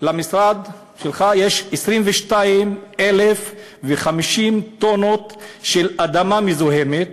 למשרד שלך, יש 22,050 טונות של אדמה מזוהמת